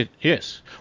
yes